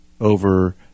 over